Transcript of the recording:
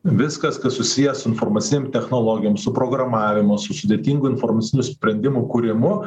viskas kas susiję su informacinėm technologijom su programavimu su sudėtingų informacinių sprendimų kūrimu